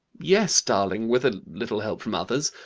yes, darling, with a little help from others.